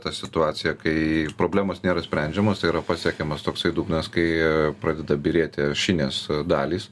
ta situacija kai problemos nėra sprendžiamos yra pasiekiamas toksai dugnas kai pradeda byrėti ašinės dalys